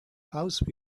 house